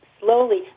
slowly